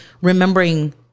remembering